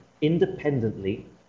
independently